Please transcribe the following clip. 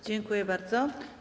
Dziękuję bardzo.